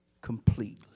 completely